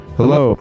Hello